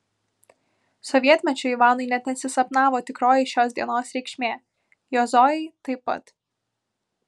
sovietmečiu ivanui net nesisapnavo tikroji šios dienos reikšmė jo zojai taip pat